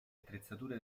attrezzature